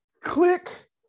click